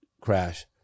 crash